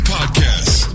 Podcast